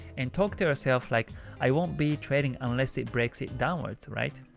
and talk to yourself, like i won't be trading unless it breaks it downwards alright?